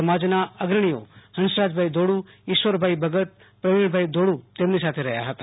સમાજના અગ્રણીઓ હંસરાજભાઈ ધોળુ ઈશ્વરભાઈ ભગત પ્રવીણભાઈ ધોળુ તેમની સાથે રહ્યા હતા